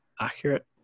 accurate